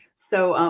so,